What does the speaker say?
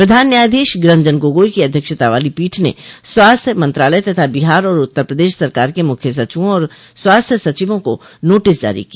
प्रधान न्यायाधीश रंजन गोगोई की अध्यक्षता वाली पीठ ने स्वास्थ्य मंत्रालय तथा बिहार और उत्तर प्रदेश सरकार के मुख्य सचिवा और स्वास्थ्य सचिवों को नोटिस जारी किया